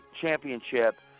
championship